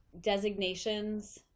designations